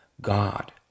God